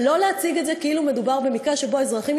אבל לא להציג את זה כאילו מדובר במקרה שבו אזרחים